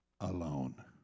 alone